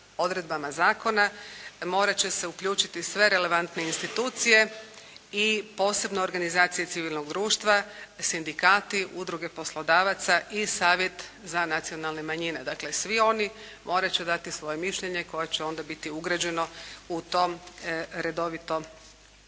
odredbama zakona morat će se uključiti sve relevantne institucije i posebno organizacije civilnog društva, sindikati, udruge poslodavaca i savjet za nacionalne manjine, dakle svi oni morat će dati svoje mišljenje koje će onda biti ugrađeno u to redovito